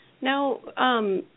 Now